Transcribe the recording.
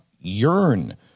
yearn